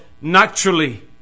naturally